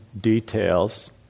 details